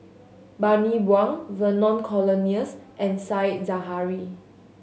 Bani Buang Vernon Cornelius and Said Zahari